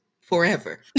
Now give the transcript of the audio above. forever